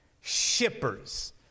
shippers